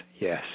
Yes